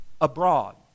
abroad